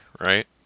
right